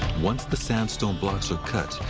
once the sandstone blocks are cut,